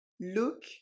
look